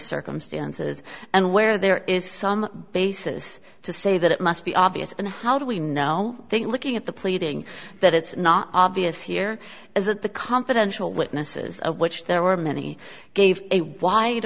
circumstances and where there is some basis to say that it must be obvious then how do we know i think looking at the pleading that it's not obvious here is that the confidential witnesses of which there were many gave a wide